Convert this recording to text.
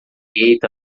gate